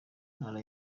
ntara